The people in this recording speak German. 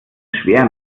schwer